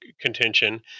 contention